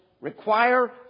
Require